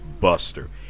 buster